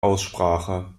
aussprache